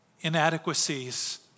inadequacies